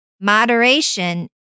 moderation